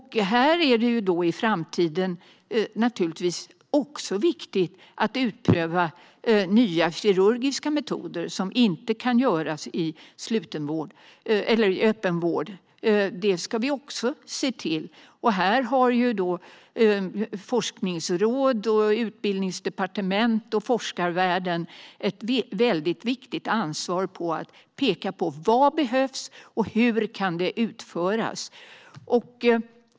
I framtiden är det naturligtvis också viktigt att utpröva nya kirurgiska metoder som inte kan prövas i öppenvård. Det ska vi också se till. Forskningsråd, utbildningsdepartement och forskarvärlden har här ett stort ansvar för att peka på vad som behövs och hur det kan utföras.